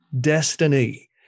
destiny